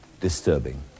disturbing